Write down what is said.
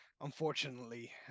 unfortunately